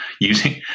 using